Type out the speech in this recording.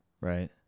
Right